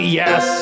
yes